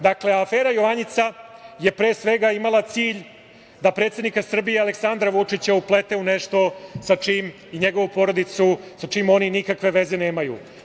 Dakle, afera „Jovanjica“ je, pre svega, imala cilj da predsednika Srbije Aleksandra Vučića i njegovu porodicu uplete u nešto sa čim oni nikakve veze nemaju.